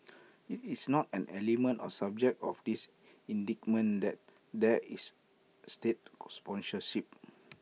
IT is not an element or subject of this indictment that there is state sponsorship